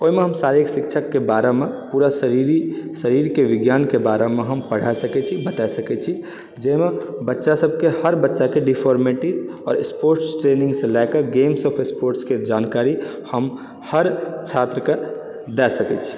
ओहिमे हम शारीरिक शिक्षाके बारेमे पूरा शरीरी शरीरके विज्ञानके बारेमे हम पढ़ा सकै छी बता सकै छी जाहिमे बच्चा सबके हर बच्चाके डिफार्मिटी आओर स्पोर्ट्स ट्रेनिङ्गसँ लऽ कए गेम्स ऑफ स्पोर्ट्सके जानकारी हम हर छात्रके दऽ सकै छी